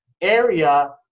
area